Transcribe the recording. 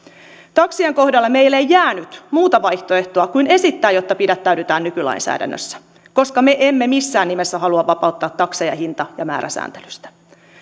taksien kohdalla meille ei jäänyt muuta vaihtoehtoa kuin esittää että pidättäydytään nykylainsäädännössä koska me emme missään nimessä halua vapauttaa takseja hinta ja määräsääntelystä